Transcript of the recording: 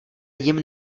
jim